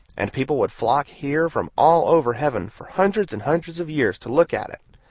and people would flock here from all over heaven, for hundreds and hundreds of years, to look at it.